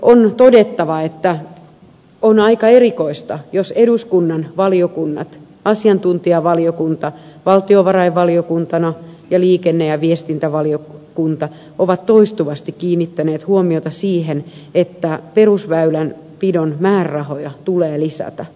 on todettava että on aika erikoista jos eduskunnan valiokunnat asiantuntijavaliokuntina valtiovarainvaliokunta ja liikenne ja viestintävaliokunta ovat toistuvasti kiinnittäneet huomiota siihen että perusväylänpidon määrärahoja tulee lisätä